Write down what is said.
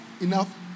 enough